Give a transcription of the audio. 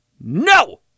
No